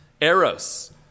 Eros